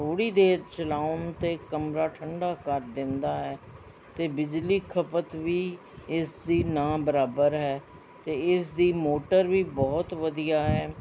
ਥੋੜ੍ਹੀ ਦੇਰ ਚਲਾਉਣ 'ਤੇ ਕਮਰਾ ਠੰਡਾ ਕਰ ਦਿੰਦਾ ਹੈ ਅਤੇ ਬਿਜਲੀ ਖਪਤ ਵੀ ਇਸਦੀ ਨਾ ਬਰਾਬਰ ਹੈ ਅਤੇ ਇਸਦੀ ਮੋਟਰ ਵੀ ਬਹੁਤ ਵਧੀਆ ਹੈ